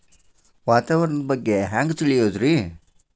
ವಾತಾವರಣದ ಬಗ್ಗೆ ಹ್ಯಾಂಗ್ ತಿಳಿಯೋದ್ರಿ?